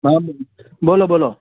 હા બોલો બોલો